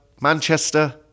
manchester